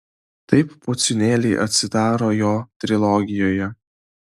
taip pociūnėliai atsirado jo trilogijoje